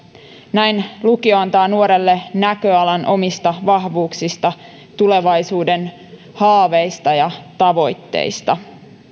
näin lukio antaa nuorelle näköalan omista vahvuuksista tulevaisuuden haaveista ja tavoitteista